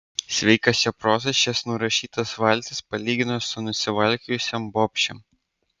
sveikas jo protas šias nurašytas valtis palygino su nusivalkiojusiom bobšėm